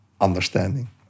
understanding